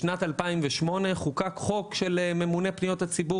בשנת 2008 חוקק חוק של ממונה פניות הציבור